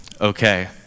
Okay